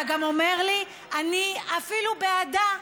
אתה גם אומר לי: אני אפילו בעדה,